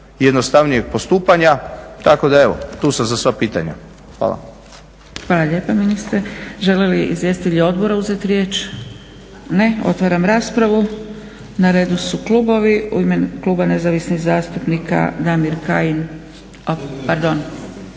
jednostavnijeg postupanja. Tako da evo, tu sam za sva pitanja. Hvala. **Zgrebec, Dragica (SDP)** Hvala lijepa ministre. Žele li izvjestitelji odbora uzeti riječ? Ne. Otvaram raspravu. Na redu su klubovi. U ime kluba Nezavisnih zastupnika Damir Kajin. Pardon.